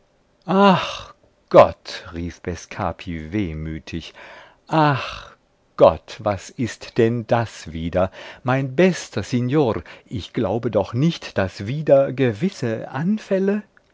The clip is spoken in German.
ach gott rief bescapi wehmütig ach gott was ist denn das wieder mein bester signor ich glaube doch nicht daß wiederge wisse anfälle